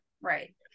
Right